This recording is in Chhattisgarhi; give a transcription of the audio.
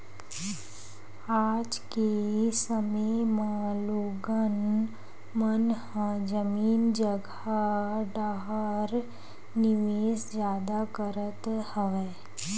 आज के समे म लोगन मन ह जमीन जघा डाहर निवेस जादा करत हवय